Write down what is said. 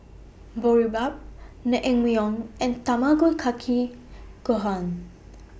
Boribap Naengmyeon and Tamago Kake Gohan